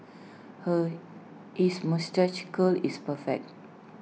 her his moustache curl is perfect